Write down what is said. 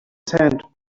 sand